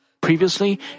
Previously